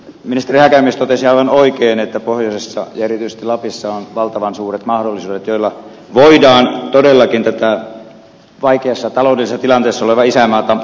ministeri häkämies totesi aivan oikein että pohjoisessa ja erityisesti lapissa on valtavan suuret mahdollisuudet joilla voidaan todellakin tätä vaikeassa taloudellisessa tilanteessa olevaa isänmaata auttaa